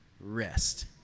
rest